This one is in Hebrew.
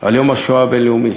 על יום השואה הבין-לאומי: